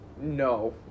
No